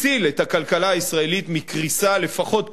הציל את הכלכלה הישראלית מקריסה לפחות פעמיים,